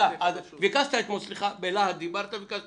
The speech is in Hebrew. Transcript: ביקשת אתמול סליחה כשדיברת בלהט.